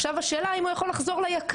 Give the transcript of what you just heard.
עכשיו השאלה אם הוא יכול לחזור ליקר.